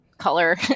color